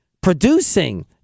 producing